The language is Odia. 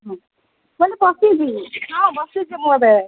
ହଁ